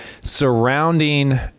surrounding